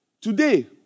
today